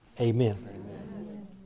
amen